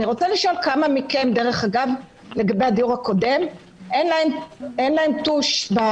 אני רוצה לשאול כמה מכם אין להם טוש עם